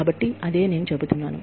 కాబట్టి నేను అదే చెబుతున్నాను